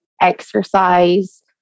exercise